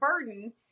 burden